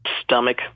stomach